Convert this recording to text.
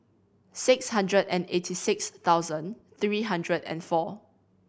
six hundred and eighty six thousand three hundred and four